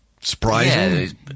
Surprising